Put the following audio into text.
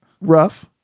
rough